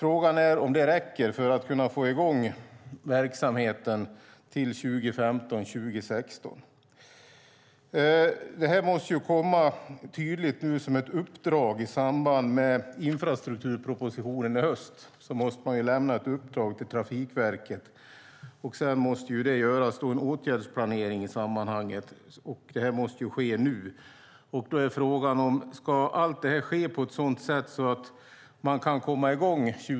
Frågan är om det räcker för att man ska kunna få i gång verksamheten till 2015-2016. I samband med infrastrukturpropositionen i höst måste man lämna ett uppdrag till Trafikverket. Sedan måste det göras en åtgärdsplanering i sammanhanget. Detta måste ske nu.